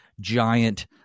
giant